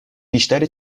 بیشتر